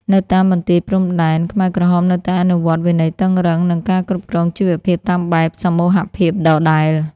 នៅតាមបន្ទាយព្រំដែន ខ្មែរក្រហមនៅតែអនុវត្តវិន័យតឹងរ៉ឹង និងការគ្រប់គ្រងជីវភាពតាមបែបសមូហភាពដដែល។